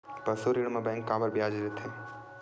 पशु ऋण म बैंक काबर ब्याज लेथे?